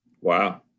Wow